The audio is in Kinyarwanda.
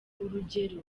urugero